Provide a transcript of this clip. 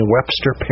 Webster